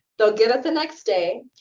they'll get up the next day,